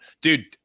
dude